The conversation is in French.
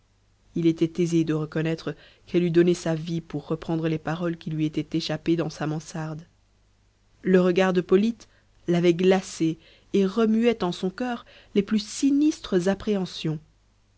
il était aisé de reconnaître qu'elle eût donné sa vie pour reprendre les paroles qui lui étaient échappées dans sa mansarde le regard de polyte l'avait glacée et remuait en son cœur les plus sinistres appréhensions